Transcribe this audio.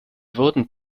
wurden